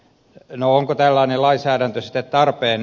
no onko tällainen lainsäädäntö sitten tarpeen